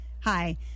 Hi